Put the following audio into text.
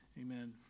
Amen